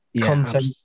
content